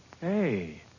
Hey